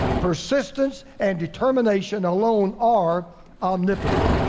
persistence and determination alone are omnipotent.